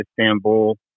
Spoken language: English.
Istanbul